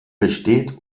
besteht